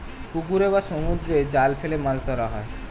পুকুরে বা সমুদ্রে জাল ফেলে মাছ ধরা হয়